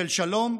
של שלום,